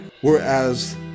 whereas